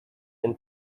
and